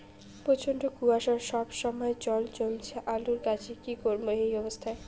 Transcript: প্রচন্ড কুয়াশা সবসময় জল জমছে আলুর গাছে কি করব এই অবস্থায়?